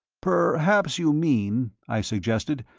perhaps you mean, i suggested,